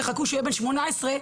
תחכו שהוא יהיה שמונה עשרה,